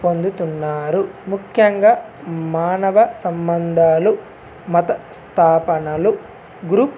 పొందుతున్నారు ముఖ్యంగా మానవ సంబంధాలు మత స్థాపనలు గ్రూప్